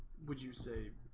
would you say?